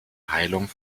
heilung